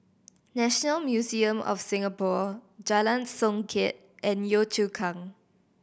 National Museum of Singapore Jalan Songket and Yio Chu Kang